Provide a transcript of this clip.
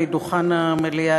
מדוכן המליאה,